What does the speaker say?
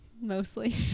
Mostly